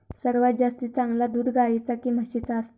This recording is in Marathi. सर्वात जास्ती चांगला दूध गाईचा की म्हशीचा असता?